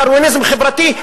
דרוויניזם חברתי,